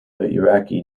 iraqi